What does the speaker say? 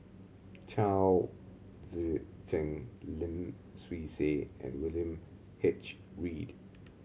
Chao Tzee Cheng Lim Swee Say and William H Read